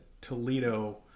Toledo